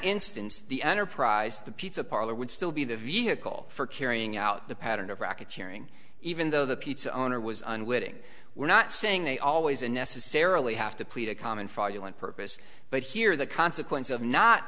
instance the enterprise the pizza parlor would still be the vehicle for carrying out the pattern of racketeering even though the pizza owner was unwitting we're not saying they always and necessarily have to plead a common for you and purpose but here the consequence of not